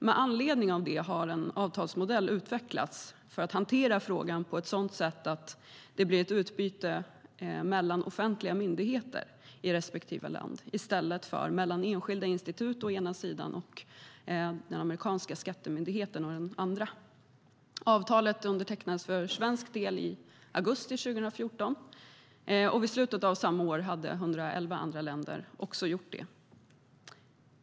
Med anledning av detta har en avtalsmodell utvecklats för att hantera frågan på ett sådant sätt att det blir ett utbyte mellan offentliga myndigheter i respektive land i stället för mellan enskilda institut å ena sidan och den amerikanska skattemyndigheten å den andra. Avtalet undertecknades för svensk del i augusti 2014, och vid slutet av samma år hade 111 andra länder också gjort det.